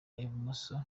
ibumoso